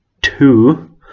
two